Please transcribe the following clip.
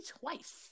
twice